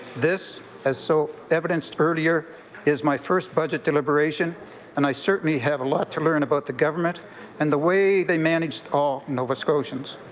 this is so evidenced earlier is my first budget deliberation and i certainly have a lot to learn about the government and the way they manage all nova scotians.